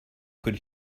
could